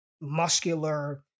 muscular